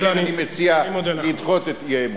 לכן אני מציע לדחות את האי-אמון.